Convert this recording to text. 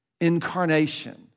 Incarnation